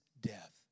death